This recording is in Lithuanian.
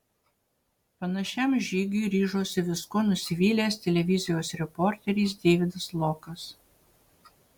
panašiam žygiui ryžosi viskuo nusivylęs televizijos reporteris deividas lokas